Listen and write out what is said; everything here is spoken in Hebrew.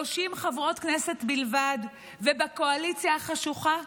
30 חברות כנסת בלבד, ובקואליציה החשוכה,